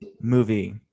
movie